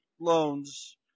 loans